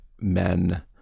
men